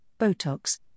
Botox